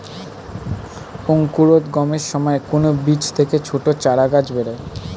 অঙ্কুরোদ্গমের সময় কোন বীজ থেকে ছোট চারাগাছ বেরোয়